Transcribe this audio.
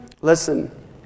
Listen